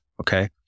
Okay